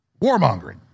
warmongering